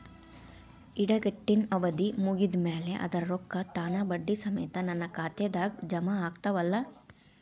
ಇಡಗಂಟಿನ್ ಅವಧಿ ಮುಗದ್ ಮ್ಯಾಲೆ ಅದರ ರೊಕ್ಕಾ ತಾನ ಬಡ್ಡಿ ಸಮೇತ ನನ್ನ ಖಾತೆದಾಗ್ ಜಮಾ ಆಗ್ತಾವ್ ಅಲಾ?